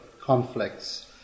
conflicts